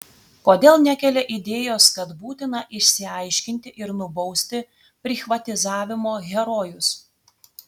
kodėl nekelia idėjos kad būtina išsiaiškinti ir nubausti prichvatizavimo herojus